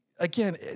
Again